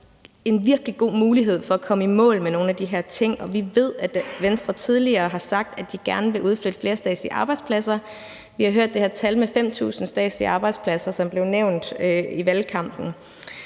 har virkelig en god mulighed for at komme i mål med nogle af de her ting, og vi ved også, at Venstre tidligere har sagt, at de gerne ville udflytte flere statslige arbejdspladser. Vi har hørt det her tal med 5.000 statslige arbejdspladser, som blev nævnt i valgkampen,